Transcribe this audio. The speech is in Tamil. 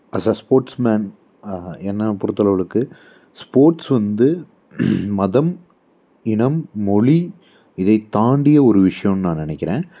அஸ் ஏ ஸ்போர்ட்ஸ் மேன் என்ன பொறுத்த அளவலலுக்கு ஸ்போர்ட்ஸ் வந்து மதம் இனம் மொழி இதைத் தாண்டிய ஒரு விஷயோன்னு நான் நினைக்கிறேன்